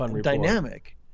dynamic